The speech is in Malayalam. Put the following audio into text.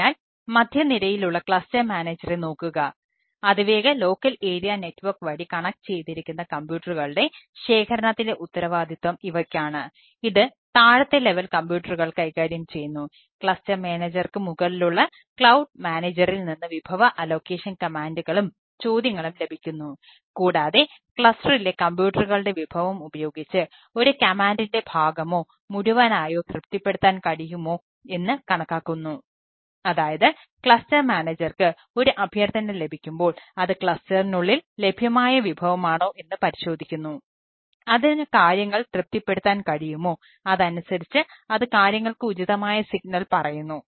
അതിനാൽ മധ്യനിരയിലുള്ള ക്ലസ്റ്റർ മാനേജരെ പറയുന്നു